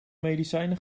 medicijnen